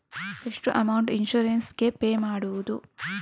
ಎಷ್ಟು amount insurance ಗೇ pay ಮಾಡುವುದು?